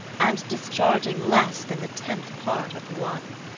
and discharging less than the tenth part of one.